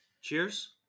Cheers